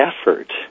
effort